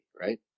right